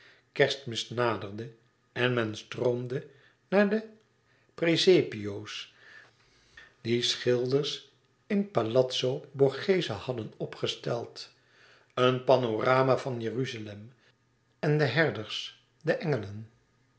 kerstmis naderde en men stroomde naar de presepio's die schilders in palazzo borghese hadden opgesteld een panorama van jeruzalem en de herders de engelen